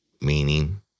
meaning